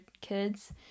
kids